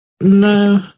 no